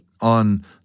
on